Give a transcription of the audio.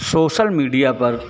social media पर